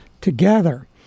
together